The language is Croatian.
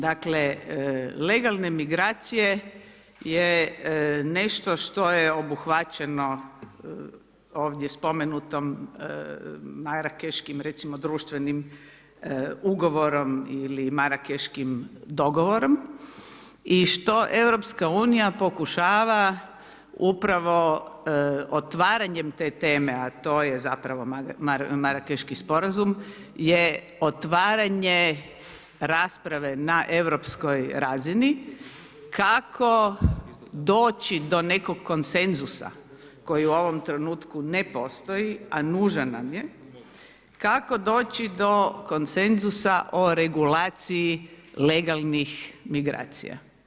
Dakle, legalne migracije je nešto što je obuhvaćeno ovdje spomenutom Marakeškim društvenim ugovorom ili Marakeškim dogovorom i što Europska unija pokušava upravo otvaranjem te teme, a to zapravo Marakeški sporazum je otvaranje rasprave na europskoj razini kako doći do nekog konsenzusa koji u ovom trenutku ne postoji a nužan nam je, kako doći do konsenzusa o regulaciji legalnih migracija.